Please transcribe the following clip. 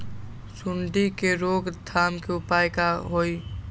सूंडी के रोक थाम के उपाय का होई?